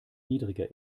niedriger